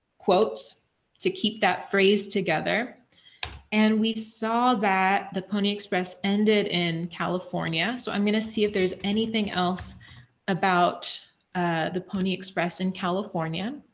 quotes to keep that phrase together and we saw that the pony express ended in california. so, i'm going to see if there's anything else about the pony express in california.